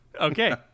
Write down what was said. Okay